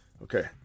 Okay